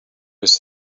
his